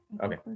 Okay